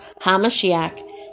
hamashiach